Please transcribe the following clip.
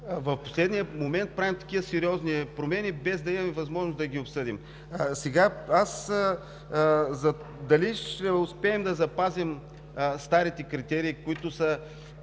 в последния момент правим такива сериозни промени, без да имаме възможност да ги обсъдим. Дали ще успеем да запазим старите критерии, които са